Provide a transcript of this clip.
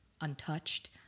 untouched